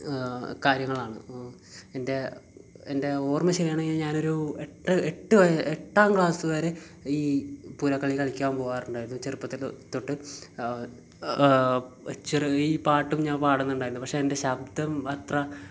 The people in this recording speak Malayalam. കാര്യങ്ങളാണ് എൻ്റെ എൻ്റെ ഓർമ്മ ശരിയാണെങ്കിൽ ഞാനൊരു എട്ട് എട്ട് വയ് എട്ടാം ക്ലാസ്സ് വരെ ഈ പൂരക്കളി കളി കളിക്കാൻ പോകാറുണ്ടായിരുന്നു ചെറുപ്പത്തിൽ തൊട്ട് ചെറു ഈ പാട്ടും ഞാൻ പാടുന്നുണ്ടായിരുന്നു പക്ഷേ എൻ്റെ ശബ്ദം അത്ര